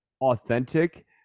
authentic